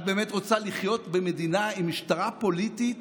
את באמת רוצה לחיות במדינה עם משטרה פוליטית